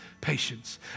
patience